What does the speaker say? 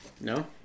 No